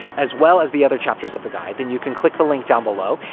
as well as the other chapters of the guide, then you can click the link down below,